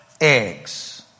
eggs